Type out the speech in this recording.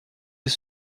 des